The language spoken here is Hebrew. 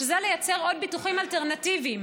שזה לייצר עוד ביטוחים אלטרנטיביים.